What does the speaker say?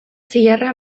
zilarra